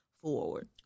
forward